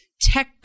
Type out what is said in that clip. tech